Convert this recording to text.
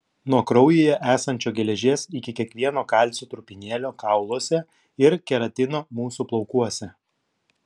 nuo kraujyje esančio geležies iki kiekvieno kalcio trupinėlio kauluose ir keratino mūsų plaukuose